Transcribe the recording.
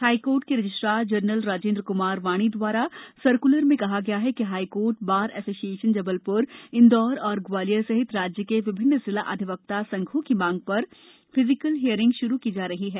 high court के registrar general Rajendra Kumar Vani द्वारा जारी सर्क्लर में कहा गया है कि high court bar association Jabalpur Indore और ग्वालियर सहित राज्य के विभिन्न जिला अधिवक्ता संघों की माँग पर फिजिकल हियरिंग श्रू की जा रही है